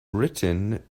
written